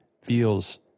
feels